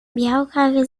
białkach